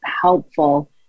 helpful